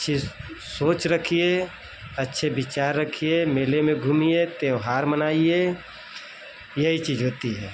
अच्छी सोच रखिए अच्छे विचार रखिए मेले में घूमिए त्योहार मनाइए यही चीज़ होती है